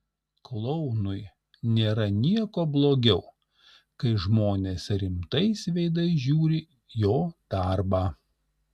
klounui nėra nieko blogiau kai žmonės rimtais veidais žiūri jo darbą